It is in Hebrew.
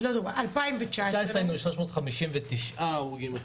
ב-2019 היינו עם 355 הרוגים.